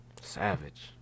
Savage